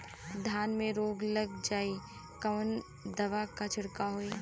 धान में रोग लग जाईत कवन दवा क छिड़काव होई?